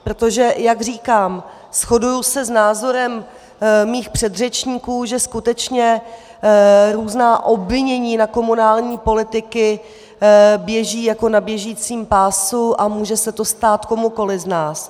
Protože jak říkám, shoduji se s názorem svých předřečníků, že skutečně různá obvinění na komunální politiky běží jako na běžícím pásu a může se to stát komukoli z nás.